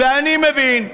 ואני מבין,